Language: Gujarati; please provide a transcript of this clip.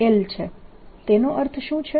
તેનો અર્થ શું છે